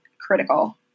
critical